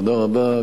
תודה רבה.